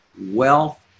wealth